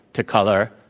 to color,